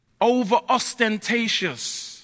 over-ostentatious